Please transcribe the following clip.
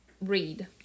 read